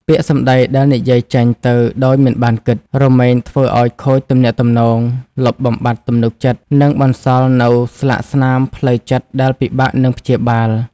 ពាក្យសម្ដីដែលនិយាយចេញទៅដោយមិនបានគិត រមែងធ្វើឱ្យខូចទំនាក់ទំនង លុបបំបាត់ទំនុកចិត្ត និងបន្សល់នូវស្លាកស្នាមផ្លូវចិត្តដែលពិបាកនឹងព្យាបាល។